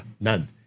None